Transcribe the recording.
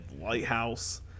lighthouse